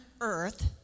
earth